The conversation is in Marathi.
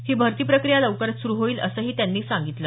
ही भरती प्रक्रीया लवकरच सुरू होईल असंही त्यांनी सांगितलं